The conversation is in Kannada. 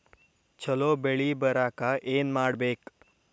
ಛಲೋ ಬೆಳಿ ಬರಾಕ ಏನ್ ಮಾಡ್ಬೇಕ್?